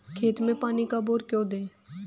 खेत में पानी कब और क्यों दें?